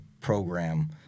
program